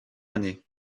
années